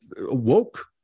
woke